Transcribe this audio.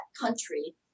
country